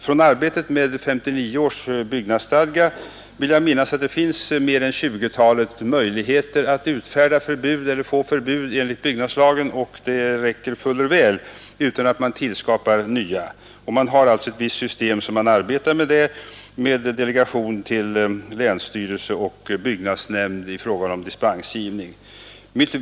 Från arbetet med 1959 års byggnadsstadga vill jag minnas att det finns mer än tjugotalet möjligheter till förbud enligt byggnadslagen, och det räcker fuller väl utan att man tillskapar nya. Man har alltså ett visst system att arbeta efter med delegation till länsstyrelse och byggnadsnämnd i fråga om dispensgivning.